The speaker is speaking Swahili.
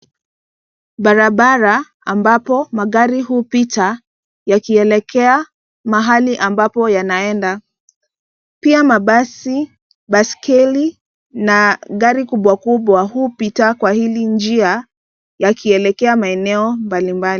Barabara ambapo magari hupita yakielekea mahali ambapo yanaenda. Pia mabasi, baiskeli na gari kubwa kubwa hupita kwa hili njia yakielekea maeneo mbalimbali.